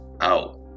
out